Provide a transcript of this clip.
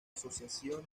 asociación